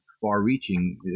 far-reaching